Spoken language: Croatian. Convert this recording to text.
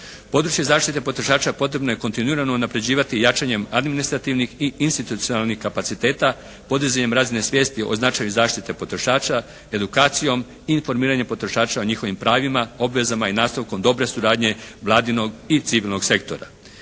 Područje zaštite potrošača potrebno je kontinuirano unaprjeđivati i jačanjem administrativnih i institucionalnih kapaciteta, podizanjem razine svijesti o značaju zaštite potrošača edukacijom i informiranjem potrošača o njihovim pravima, obvezama i nastavkom dobre suradnje Vladinog i civilnog sektora.